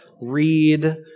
read